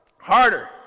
Harder